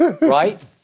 right